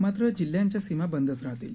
मात्र जिल्ह्यांच्या सीमा बंदच राहतील